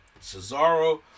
Cesaro